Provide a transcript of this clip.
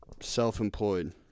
self-employed